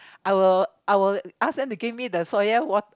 I will ask them to give me the soya